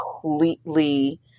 completely